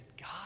God